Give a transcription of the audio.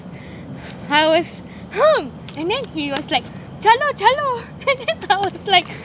I was hmm and then he was like challo challo and then I was like